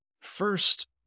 first